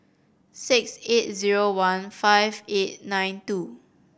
six eight zero one five eight nine two